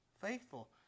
Faithful